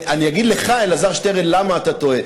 אני אגיד לך, אלעזר שטרן, למה אתה טועה.